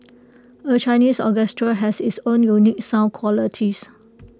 A Chinese orchestra has its own unique sound qualities